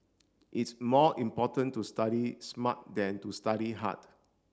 it's more important to study smart than to study hard